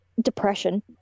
depression